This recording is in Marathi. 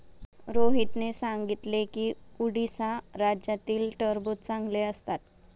रोहितने सांगितले की उडीसा राज्यातील टरबूज चांगले असतात